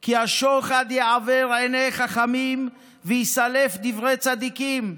כי השחד יעוֵר עיני חכמים ויסלף דברי צדיקִם"